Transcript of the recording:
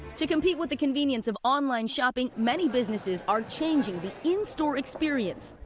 to compete with the convenience of online shopping, many businesses are changing the in-store experience.